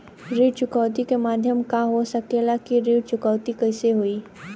ऋण चुकौती के माध्यम का हो सकेला कि ऋण चुकौती कईसे होई?